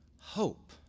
hope